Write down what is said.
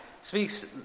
speaks